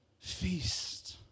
feast